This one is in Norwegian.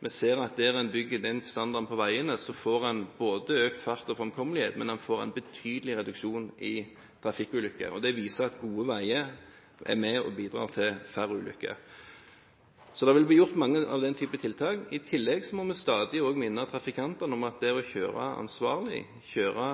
Vi ser at der en bygger den standarden på veiene, får en både økt fart og framkommelighet – og en betydelig reduksjon i trafikkulykker. Det viser at gode veier er med og bidrar til færre ulykker, så det vil bli gjort mange av den type tiltak. I tillegg må vi stadig også minne trafikantene om at det å kjøre ansvarlig, kjøre